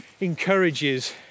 encourages